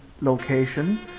location